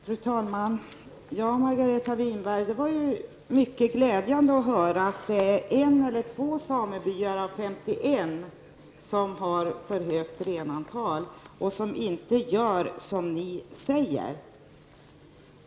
Fru talman! Det var mycket glädjande, Margareta Winberg, att höra att det är en eller två samebyar av 51 som har för stort renantal och som inte gör som vi säger.